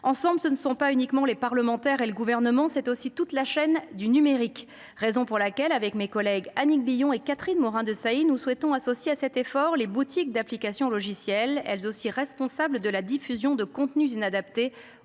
reste, ce ne sont pas uniquement les parlementaires et le Gouvernement qui doivent se mobiliser : c’est aussi toute la chaîne du numérique. C’est la raison pour laquelle, avec mes collègues Annick Billon et Catherine Morin Desailly, nous souhaitons associer à cet effort les boutiques d’applications logicielles, elles aussi responsables de la diffusion de contenus inadaptés